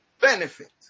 benefit